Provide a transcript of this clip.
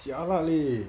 jialat leh